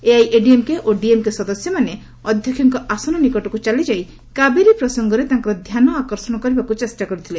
ଏଆଇଏଡିଏମ୍କେ ଓ ଡିଏମ୍କେ ସଦସ୍ୟମାନେ ଅଧ୍ୟକ୍ଷକ ୍ରାସନ ନିକଟକ୍ ଚାଲିଯାଇ କାବେରୀ ପ୍ରସଙ୍ଗରେ ତାଙ୍କର ଧ୍ୟାନ ଆକର୍ଷଣ କରିବାକୁ ଚେଷ୍ଟା କରିଥିଲେ